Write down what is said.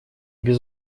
без